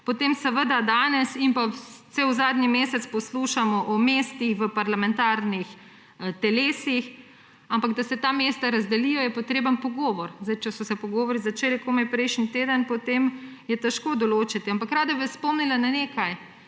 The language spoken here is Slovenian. Potem seveda danes in cel zadnji mesec poslušamo o mestih v parlamentarnih telesih, ampak da se ta mesta razdelijo, je potreben pogovor. Sedaj, če so se pogovori začeli komaj prejšnji teden, potem je težko določiti. Ampak rada bi vas spomnila na nekaj,